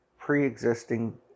pre-existing